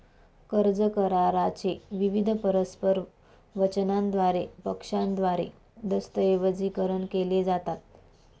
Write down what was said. कर्ज करारा चे विविध परस्पर वचनांद्वारे पक्षांद्वारे दस्तऐवजीकरण केले जातात